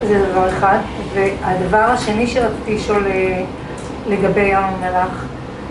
זה הדבר אחד, והדבר השני שרציתי לשאול לגבי ירון מלאך